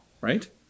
right